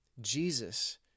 Jesus